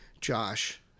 Josh